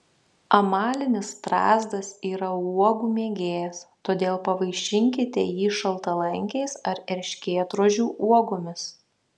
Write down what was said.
amalinis strazdas yra uogų mėgėjas todėl pavaišinkite jį šaltalankiais ar erškėtrožių uogomis